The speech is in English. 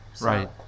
Right